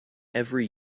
every